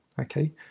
okay